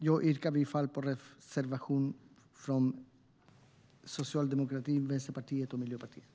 Jag yrkar bifall till reservationen från Socialdemokraterna, Vänsterpartiet och Miljöpartiet.